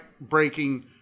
breaking